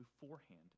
beforehand